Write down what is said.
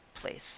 place